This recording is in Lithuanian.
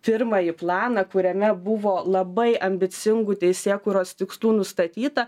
pirmąjį planą kuriame buvo labai ambicingų teisėkūros tikslų nustatyta